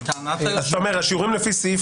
אבל טענת היושב-ראש --- אתה אומר: השיעורים לפי סעיף